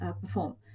perform